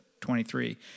23